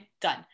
done